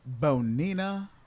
Bonina